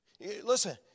Listen